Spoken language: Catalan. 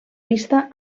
pista